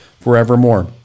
forevermore